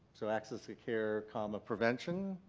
so access to care, um prevention.